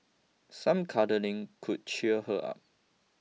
some cuddling could cheer her up